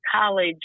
college